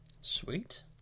sweet